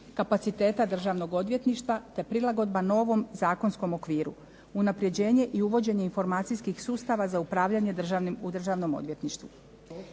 kapaciteta Državnog odvjetništva, te prilagodba novom zakonskom okviru, unapređenje i uvođenje informacijskih sustava za upravljanje u Državnom odvjetništvu.